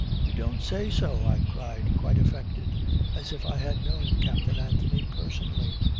you don't say so! i cried quite affected as if i had known captain anthony personally.